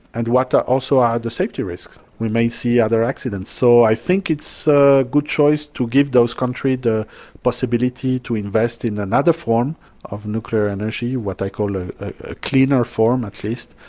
and what also are the safety risks? we may see other accidents. so i think it's a good choice to give those countries the possibility to invest in another form of nuclear energy, what i call ah a cleaner form, at least,